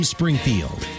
Springfield